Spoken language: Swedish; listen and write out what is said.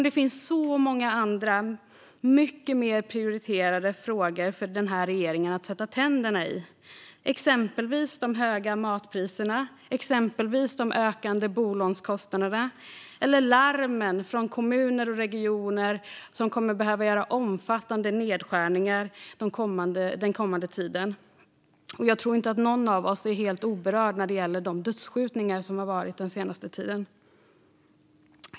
Det finns så många andra mycket mer prioriterade frågor för regeringen att sätta tänderna i. Det gäller exempelvis de höga matpriserna, de ökande bolånekostnaderna eller larmen från kommuner och regioner som kommer att behöva göra omfattande nedskärningar den kommande tiden. Och jag tror inte att någon av oss är helt oberörd av de dödskjutningar som har varit den senaste tiden.